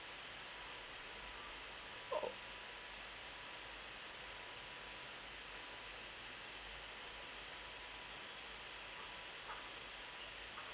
oh